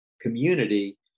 community